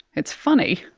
it's funny,